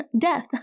Death